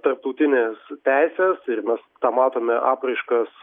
tarptautinės teisės ir mes tą matome apraiškas